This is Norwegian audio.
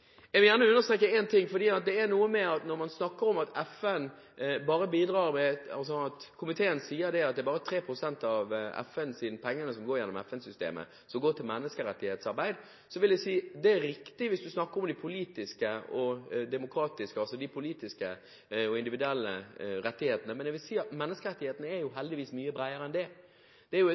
Jeg mener dette må være FNs hovedoppgave, gjøre jobben med å bidra til utvikling i verden. Jeg vil gjerne understreke én ting: Komiteen sier at bare 3 pst. av pengene som går gjennom FN-systemet, går til menneskerettighetsarbeid. Det er riktig hvis du snakker om de politiske og individuelle rettighetene, men jeg vil si at menneskerettighetene heldigvis er mye bredere enn det. Det er